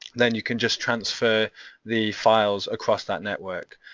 then you can just transfer the files across that network.